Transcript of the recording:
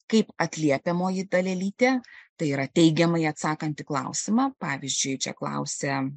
kaip atliepiamoji dalelytė tai yra teigiamai atsakanti į klausimą pavyzdžiui čia klausia